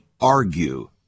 argue